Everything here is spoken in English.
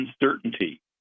uncertainty